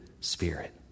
Spirit